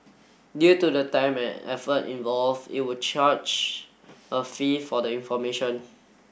due to the time and effort involve it would charge a fee for the information